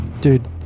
dude